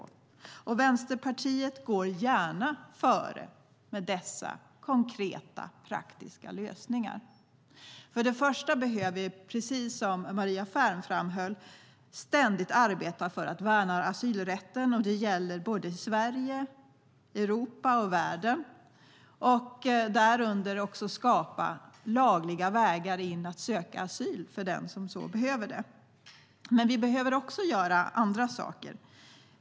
Vänsterpartiet går gärna före med dessa konkreta, praktiska lösningar. Men vi behöver också göra andra saker.